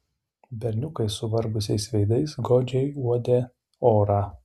berniukai suvargusiais veidais godžiai uodė orą